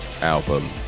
album